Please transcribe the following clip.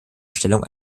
erstellung